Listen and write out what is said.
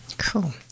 Cool